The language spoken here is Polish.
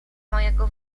mojego